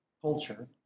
culture